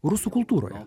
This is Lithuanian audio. rusų kultūroje